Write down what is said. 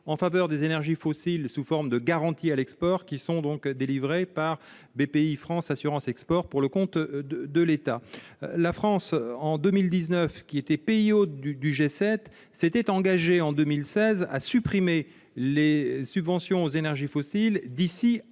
en faveur des énergies fossiles, sous forme de garanties à l'export qui sont donc délivré par Bpifrance assurance Export pour le compte de de l'État, la France en 2019 qui était pays hôte du du G7 s'était engagé en 2016 à supprimer les subventions aux énergies fossiles d'ici à